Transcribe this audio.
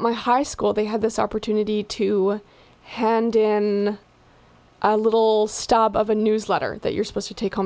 my high school they had this opportunity to hand in a little stub of a newsletter that you're supposed to take